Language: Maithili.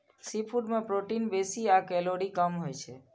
सीफूड मे प्रोटीन बेसी आ कैलोरी कम होइ छै